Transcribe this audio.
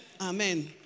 Amen